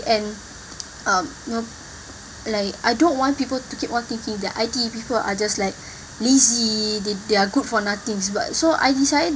and um you know like I don't want people to keep on thinking that I_T_E people are just like lazy they they're good for nothings but so I decided